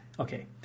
Okay